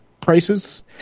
prices